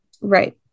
Right